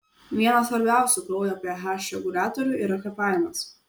vienas svarbiausių kraujo ph reguliatorių yra kvėpavimas